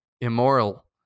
immoral